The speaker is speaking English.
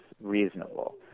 reasonable